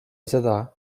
seda